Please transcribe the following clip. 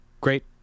great